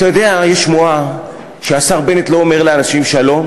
אתה יודע, יש שמועה שהשר בנט לא אומר לאנשים שלום